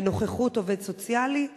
בנוכחות עובד סוציאלי,